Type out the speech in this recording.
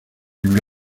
lui